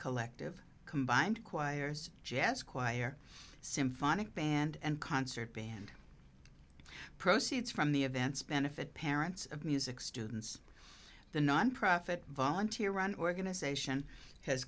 collective combined choirs jazz choir symphonic band and concert band proceeds from the events benefit parents of music students the nonprofit volunteer run organization has